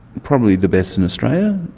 probably the best in australia,